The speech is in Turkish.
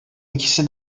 ikisi